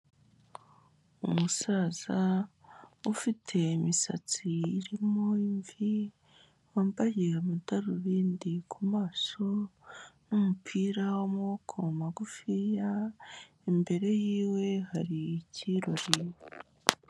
Umusaza ufite imisatsi irimo imvi, wambaye amadarubindi ku maso, n'umupira w'amaboko magufiya, imbere yiwe hari ikirori.